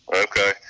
Okay